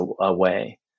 away